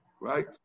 Right